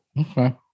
okay